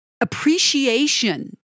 appreciation